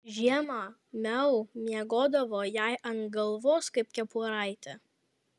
žiemą miau miegodavo jai ant galvos kaip kepuraitė